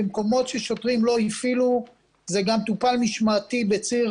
במקומות ששוטרים לא הפעילו זה גם טופל משמעתית בציר